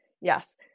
yes